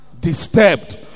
disturbed